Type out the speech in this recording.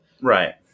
Right